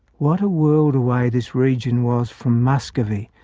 what a world away this region was from muscovy,